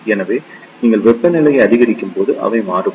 எனவே நீங்கள் வெப்பநிலையை அதிகரிக்கும்போது அவை மாறுபடும்